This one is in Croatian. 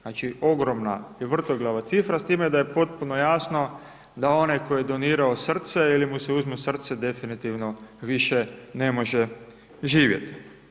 Znači ogromna i vrtoglava cifra, s time da je potpuno jasno, da onaj koji je donirao srce ili mu se uzme srce definitivno više ne može živjeti.